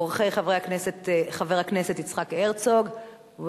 אורחי חבר הכנסת יצחק הרצוג.